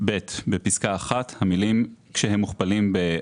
בפסקה (1), המילים "כשהם מוכפלים ב-1.5"